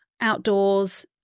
outdoors